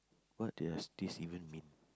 what does this even mean